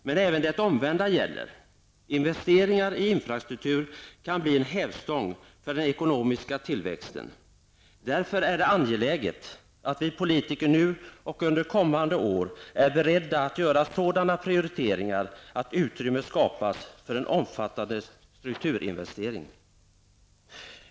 Men även det omvända gäller -- investeringar i infrastruktur kan bli en hävstång för den ekonomiska tillväxten. Därför är det angeläget att vi politiker nu och under kommande år är beredda att göra sådana prioriteringar att utrymme skapas för omfattande strukturinvesteringar.